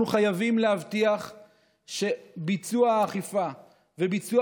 אנחנו חייבים להבטיח שביצוע האכיפה וביצוע